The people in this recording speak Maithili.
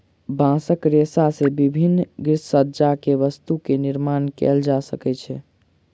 बांसक रेशा से विभिन्न गृहसज्जा के वस्तु के निर्माण कएल जा सकै छै